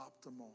optimal